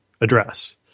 address